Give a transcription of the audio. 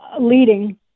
leading